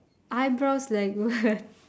eyebrows like what